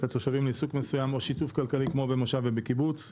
התושבים לעיסוק מסוים או שיתוף כלכלי כמו במושב או בקיבוץ.